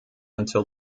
until